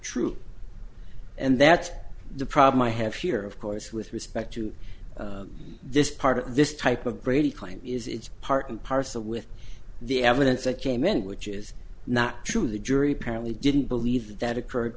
true and that's the problem i have here of course with respect to this part of this type of brady claim is it's part and parcel with the evidence that came in which is not true the jury apparently didn't believe that that occurred